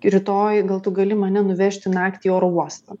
rytoj gal tu gali mane nuvežti naktį oro uostą